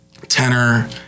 tenor